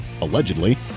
allegedly